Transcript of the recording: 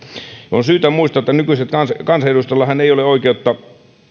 on syytä muistaa että nykyisillä kansanedustajillahan ei ole oikeutta